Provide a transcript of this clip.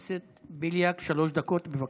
חבר הכנסת בליאק, שלוש דקות, בבקשה.